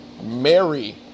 Mary